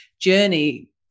journey